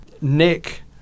Nick